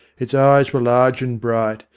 its eyes were large and bright,